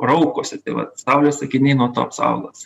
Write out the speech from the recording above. raukosi tai vat saulės akiniai nuo to apsaugos